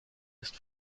ist